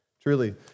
Truly